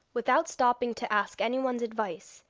without stopping to ask any one's advice,